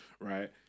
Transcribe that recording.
right